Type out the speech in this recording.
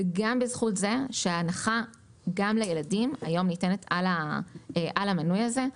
וגם בזכות זה שההנחה גם לילדים היום ניתנת על המנוי הזה,